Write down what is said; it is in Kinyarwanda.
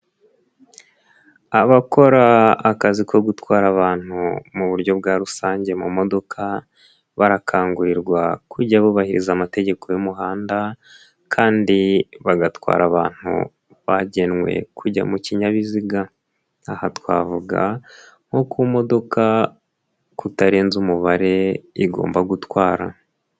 Abakora akazi ko gutwara abantu mu buryo bwa rusange mu modoka barakangurirwa kujya bubahiriza amategeko y'umuhanda kandi bagatwara abantu bagenwe kujya mu kinyabiziga, aha twavuga nko ku modoka kutarenza umubare igomba gutwara.